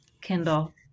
Kindle